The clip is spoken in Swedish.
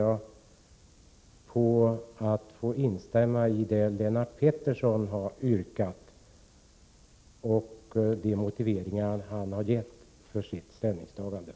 Jag instämmer i Lennart Petterssons yrkande och i hans motiveringar för det ställningstagandet.